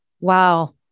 Wow